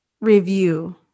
review